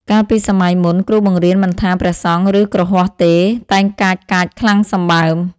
កាលពីសម័យមុន គ្រូបង្រៀនមិនថា ព្រះសង្ឃ ឬគ្រហស្ថទេ តែងកាចៗខ្លាំងសម្បើម ។